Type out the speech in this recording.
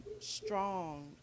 strong